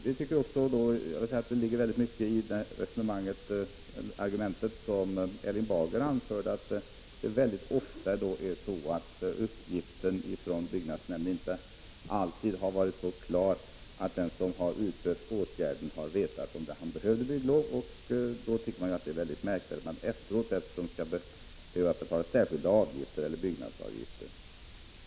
Vi tycker att det ligger mycket i det argument som Erling Bager anförde, att uppgiften från byggnadsnämnden inte alltid varit så klar att den som vidtagit en viss åtgärd har vetat om han behövde bygglov. Då tycker man att det är märkvärdigt om vederbörande efteråt skall behöva betala särskilda avgifter eller byggnadsavgifter.